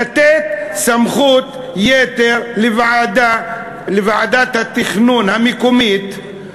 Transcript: לתת סמכות יתר לוועדת התכנון המקומית,